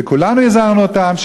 וכולנו הזהרנו אותם,